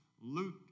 Luke